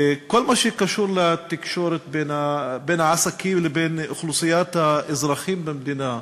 בכל מה שקשור לתקשורת בין עסקים לבין אוכלוסיית האזרחים במדינה,